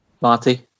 Marty